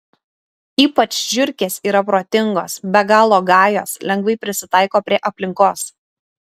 ypač žiurkės yra protingos be galo gajos lengvai prisitaiko prie aplinkos